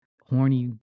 horny